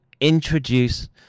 introduce